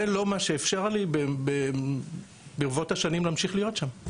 זה מה שלא אפשר לי להמשיך להיות שם,